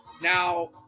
Now